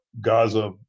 Gaza